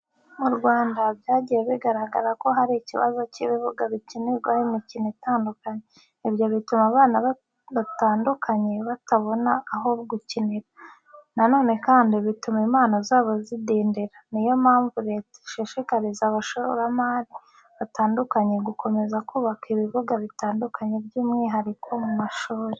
Mu Rwanda byagiye bigaragara ko hari ikibazo cy'ibibuga bikinirwaho imikino itandukanye, ibyo bituma abana batandukanye batabona aho gukinira. Na none kandi bituma impano zabo zidindira, ni yo mpamvu leta ishishikariza abashoramari batandukanye gukomeza kubaka ibibuga bitandukanye by'umwihariko mu mashuri.